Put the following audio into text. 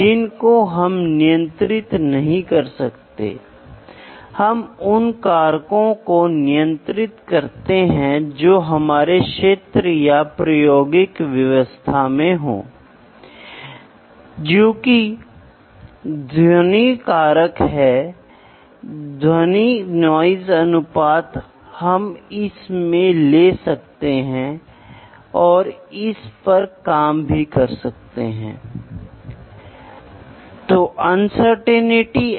assembly के दृष्टिकोण से हो सकता है यह बहुत महत्वपूर्ण है कि यह विनिर्माण में पूरे प्रोडक्ट की एफिशिएंसी को बनाए रखने की कोशिश करता है जिसे आपको पहले समझना चाहिए कि विनिर्माण में आपके पास दो वर्गीकरण हैं एक हिस्सा बनाना और दूसरा असेंबलिंग करना एक प्रोडक्ट बनाने के लिए